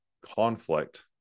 conflict